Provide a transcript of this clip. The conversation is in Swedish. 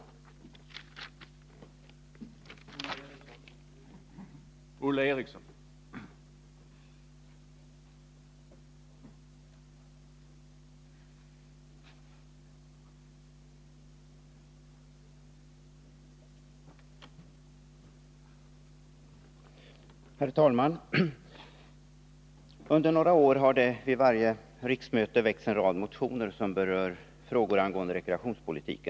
Rekreationspoli